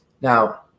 now